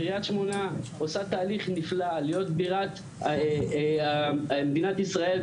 קראית שמונה עושה תהליך נפלא להיות בירת מדינת ישראל,